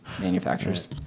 manufacturers